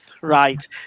Right